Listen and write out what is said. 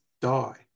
die